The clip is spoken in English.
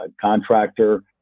contractor